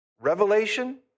Revelation